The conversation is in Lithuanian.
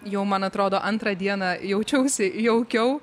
jau man atrodo antrą dieną jaučiausi jaukiau